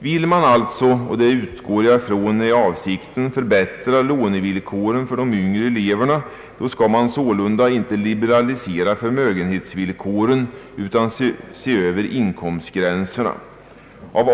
Vill man alltså — och det utgår jag ifrån är avsikten — förbättra lånevillkoren för de yngre eleverna, skall man sålunda inte liberalisera förmögenhetsvillkoren utan se över inkomstgränserna.